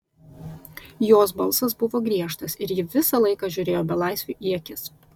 jos balsas buvo griežtas ir ji visą laiką žiūrėjo belaisviui į akis